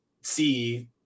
see